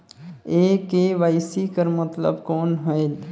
ये के.वाई.सी कर मतलब कौन होएल?